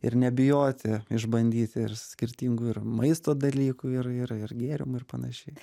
ir nebijoti išbandyti ir skirtingų ir maisto dalykų ir ir ir gėrimų ir panašiai